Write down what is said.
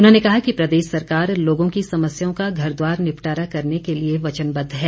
उन्होंने कहा कि प्रदेश सरकार लोगों की समस्याओं का घर द्वार निपटारा करने के लिए वचनबद्व है